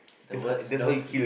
the words